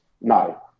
No